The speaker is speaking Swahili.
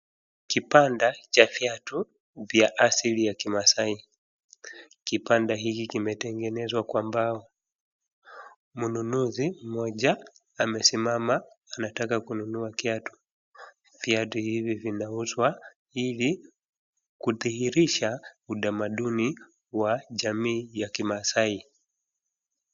Kibanda cha viatu vya asilii ya kimaasai, kibanda hiki kimetengenezwa kwa mbao. Mnunuzi mmoja amesimama anataka kununua kiatu. Viatu hizi vinauzwa ili kudhihirisha utamanduni wa jamii ya kimaasai.